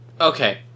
okay